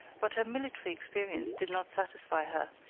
but her military experience did not satisfy her,